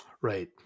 Right